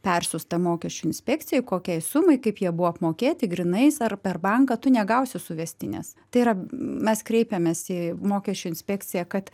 persiųsta mokesčių inspekcijai kokiai sumai kaip jie buvo apmokėti grynais ar per banką tu negausi suvestinės tai yra mes kreipiamės į mokesčių inspekciją kad